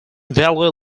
valley